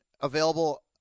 available